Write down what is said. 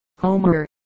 Homer